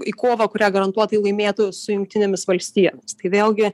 į kovą kurią garantuotai laimėtų su jungtinėmis valstijomis tai vėlgi